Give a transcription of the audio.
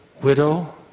widow